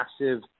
massive